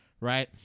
Right